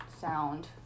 sound